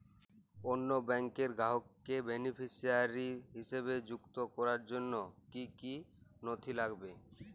অন্য ব্যাংকের গ্রাহককে বেনিফিসিয়ারি হিসেবে সংযুক্ত করার জন্য কী কী নথি লাগবে?